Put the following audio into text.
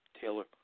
Taylor